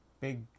big